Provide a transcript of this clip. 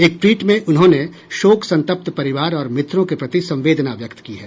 एक ट्वीट में इन्होंने शोक संतप्त परिवार और मित्रों के प्रति संवेदना व्यक्त की है